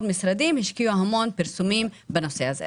משרדים השקיעו המון פרסומים בנושא הזה.